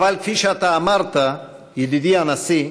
אבל כפי שאתה אמרת, ידידי הנשיא,